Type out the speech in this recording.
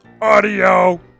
AUDIO